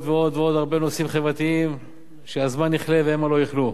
ועוד ועוד ועוד הרבה נושאים חברתיים שהזמן יכלה והמה לא יכלו.